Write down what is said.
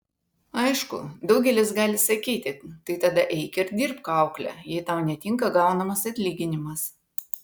aišku daugelis gali sakyti tai tada eik ir dirbk aukle jei tau netinka gaunamas atlyginimas